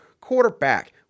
quarterback